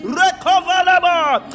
recoverable